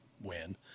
win